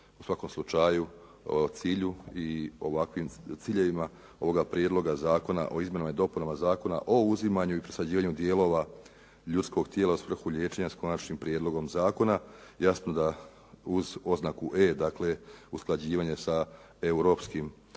u svakom slučaju cilju i ovakvim ciljevima ovoga prijedloga zakona o Izmjenama i dopunama zakona o uzimanju i presađivanju dijelova ljudskog tijela u svrhu liječenja sa konačnim prijedlogom zakona. Jasno da uz oznaku E dakle, usklađivanje sa europskim